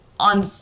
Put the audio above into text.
On